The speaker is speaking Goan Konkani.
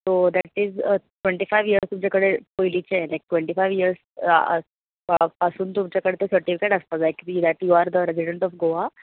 date is twenty five years तुमचे कडेन पयलींचें लायक ट्वेंटि फायव्ह इयर्स आसून तुमचे कडेन तो सर्टिफिकेट आसपाक जाय that you are resident of Goa